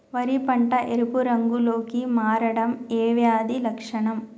వరి పంట ఎరుపు రంగు లో కి మారడం ఏ వ్యాధి లక్షణం?